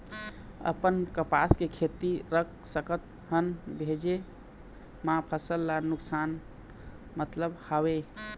अपन कपास के खेती रख सकत हन भेजे मा फसल ला नुकसान मतलब हावे?